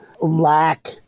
lack